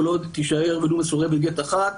כל עוד תישאר ולו מסורבת גט אחת,